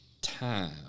time